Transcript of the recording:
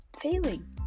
failing